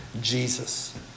Jesus